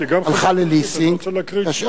הכנסת הלכה לליסינג,